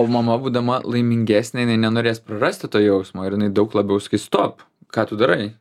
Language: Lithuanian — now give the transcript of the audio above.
o mama būdama laimingesnė jinai nenorės prarasti to jausmo ir jinai daug labiau sakys stop ką tu darai